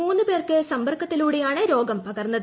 മൂന്നുപേർക്ക് സമ്പർക്കത്തിലൂട്ടെയാണ് രോഗം പകർന്നത്